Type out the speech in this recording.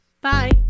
Bye